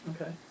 okay